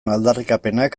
aldarrikapenak